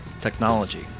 technology